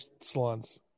salons